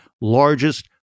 largest